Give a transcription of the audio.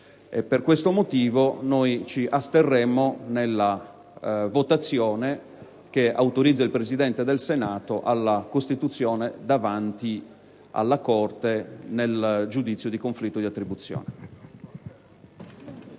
Per questo motivo, ci asterremo nella votazione che autorizza il Presidente del Senato alla costituzione davanti alla Corte nel giudizio sul conflitto di attribuzione.